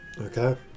Okay